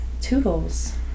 Toodles